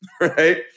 right